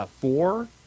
Four